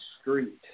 street